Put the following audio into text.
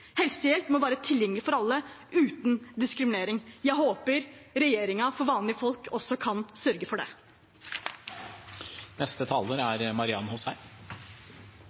Helsehjelp må være tilgjengelig for alle, uten diskriminering. Jeg håper regjeringen for vanlige folk også kan sørge for det. Som forrige taler var innom, er